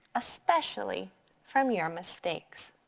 especially from your mistakes.